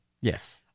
Yes